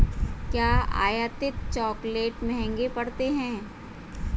क्या आयातित चॉकलेट महंगे पड़ते हैं?